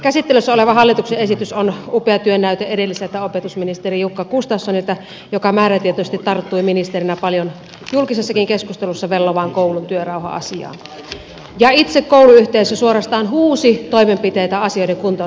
käsittelyssä oleva hallituksen esitys on upea työnäyte edelliseltä opetusministeriltä jukka gustafssonilta joka määrätietoisesti tarttui ministerinä paljon julkisessakin keskustelussa vellovaan koulun työrauha asiaan ja itse kouluyhteisö suorastaan huusi toimenpiteitä asioiden kuntoonsaattamiseksi